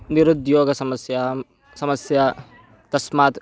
निरुद्योगसमस्यां समस्या तस्मात्